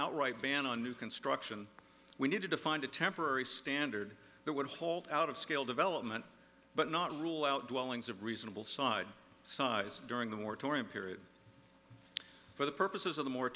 outright ban on new construction we needed to find a temporary standard that would hold out of scale development but not rule out dwellings of reasonable side size during the war torn period for the purposes of the mor